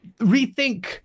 rethink